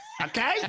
Okay